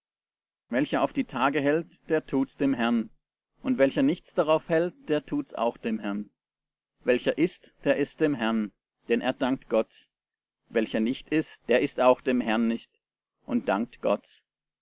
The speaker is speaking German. welcher auf die tage hält der tut's dem herrn und welcher nichts darauf hält der tut's auch dem herrn welcher ißt der ißt dem herrn denn er dankt gott welcher nicht ißt der ißt dem herrn nicht und dankt gott